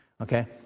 okay